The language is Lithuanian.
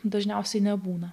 dažniausiai nebūna